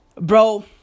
Bro